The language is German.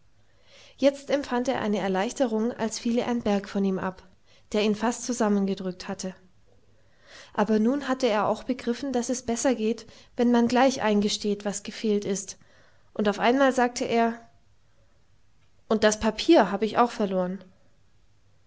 jetzt empfand er eine erleichterung als fiele ein berg von ihm ab der ihn fast zusammengedrückt hatte aber nun hatte er auch begriffen daß es besser geht wenn man gleich eingestellt was gefehlt ist und auf einmal sagte er und das papier hab ich auch verloren